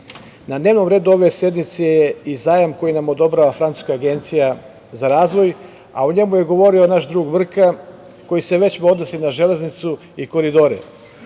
dnevnom redu sednice je i zajam koji nam odobrava Francuska agencija za razvoj, a o njemu je govorio naš drug Mrka, koji se odnosi na železnicu i koridore